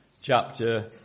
chapter